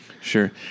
sure